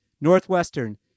Northwestern